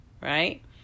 right